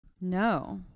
No